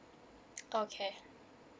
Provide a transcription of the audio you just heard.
okay